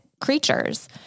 creatures